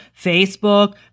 Facebook